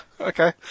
Okay